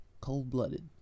Cold-blooded